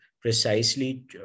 precisely